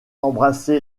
embrassé